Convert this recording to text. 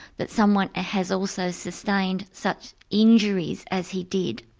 that someone ah has also sustained such injuries as he did.